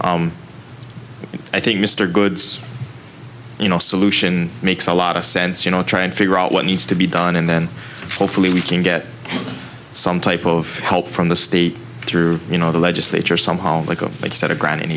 i think mr good's you know solution makes a lot of sense you know to try and figure out what needs to be done and then hopefully we can get some type of help from the state through you know the legislature somehow like oh i just had a gran